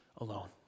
Alone